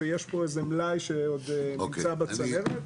יש פה איזה מלאי שעוד נמצא בצנרת.